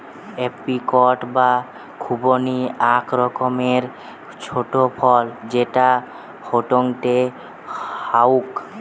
apricot বা খুবানি আক রকমের ছোট ফল যেটা হেংটেং হউক